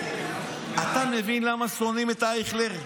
אתה מבין למה שונאים את אייכלר?